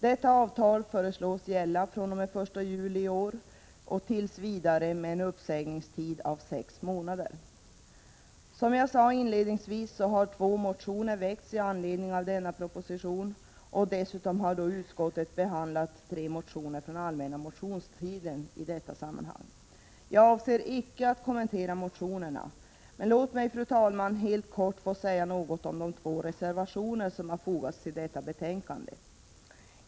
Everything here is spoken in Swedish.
Detta avtal föreslås gälla fr.o.m. den 1 juli 1987 tills vidare med en uppsägningstid av sex månader. Som jag sade inledningsvis har två motioner väckts i anledning av denna proposition, och dessutom har utskottet behandlat tre motioner från allmänna motionstiden i detta sammanhang. Jag avser icke att kommentera motionerna, men låt mig, fru talman, helt kort få säga något om de två reservationer som har fogats till detta betänkande.